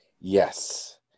yes